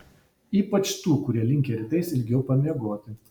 ypač tų kurie linkę rytais ilgiau pamiegoti